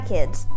Kids